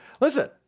Listen